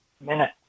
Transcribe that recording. minute